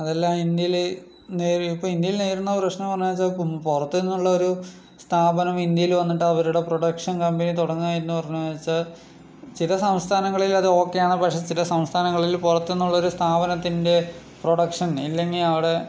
അതെല്ലാം ഇന്ത്യയില് നേരി ഇന്ത്യയില് നേരിടുന്ന പ്രശ്നം എന്ന് വച്ചാൽ പുറത്തുനിന്നുള്ളൊരു സ്ഥാപനം ഇന്ത്യയില് വന്നിട്ട് അവരുടെ പ്രൊഡക്ഷൻ കമ്പനി തുടങ്ങുക എന്ന് വച്ചാൽ ചില സംസ്ഥാനങ്ങളിൽ അത് ഒക്കെയാണ് പക്ഷെ ചില സംസ്ഥാനങ്ങളിൽ പുറത്തുനിന്നുള്ളൊരു ഒരു സ്ഥാപനത്തിൻ്റെ പ്രൊഡക്ഷൻ ഇല്ലെങ്കിൽ അവിടെ